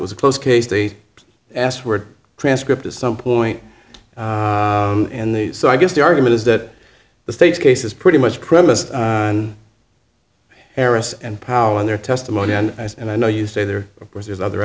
a closed case they asked word transcript at some point in the so i guess the argument is that the state's case is pretty much premised on harris and powell in their testimony on ice and i know you say they're of course there's other